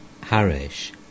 Harish